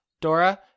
Dora